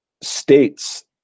states